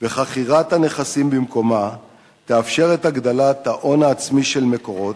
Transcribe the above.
וחכירת הנכסים במקומה יאפשרו את הגדלת ההון העצמי של "מקורות"